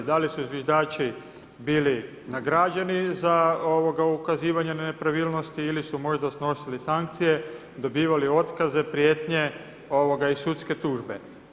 Da li su zviždači bili nagrađeni za ukazivanje na nepravilnosti ili su možda snosili sankcije, dobivali otkaze, prijetnje i sudske tužbe.